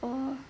oh